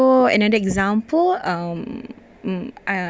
so another example mm uh